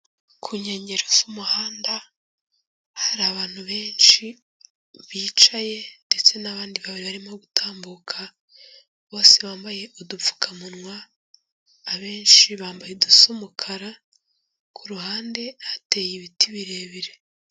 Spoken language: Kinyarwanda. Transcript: Ku nkengero z'umuhanda hari abantu benshi bicaye ndetse n'abandi babiri barimo gutambuka, bose bambaye udupfukamunwa abenshi bambaye udusa umukara, ku ruhande hateye ibiti birebire.